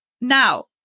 Now